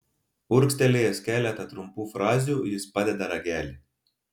urgztelėjęs keletą trumpų frazių jis padeda ragelį